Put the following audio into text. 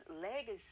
Legacy